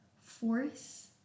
force